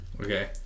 Okay